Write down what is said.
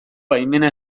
baimena